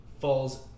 falls